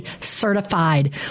certified